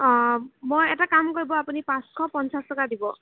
মই এটা কাম কৰিব আপুনি পাঁচশ পঞ্চাছ টকা দিব